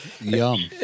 Yum